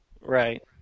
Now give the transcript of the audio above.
Right